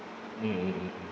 mmhmm mmhmm